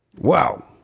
Wow